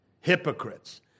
Hypocrites